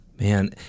Man